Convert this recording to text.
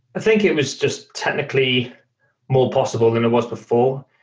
think it was just technically more possible than it was before.